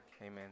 Amen